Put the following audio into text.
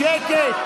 שקט.